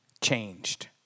changed